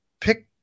pick